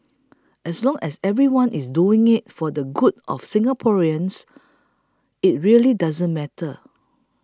as long as everyone is doing it for the good of Singaporeans it really doesn't matter